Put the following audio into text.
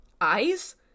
eyes